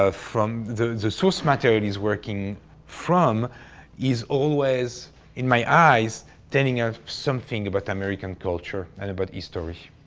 ah from the, the, the source matter that he's working from is always in my eyes telling, ah, something about the american culture and about history.